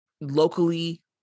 locally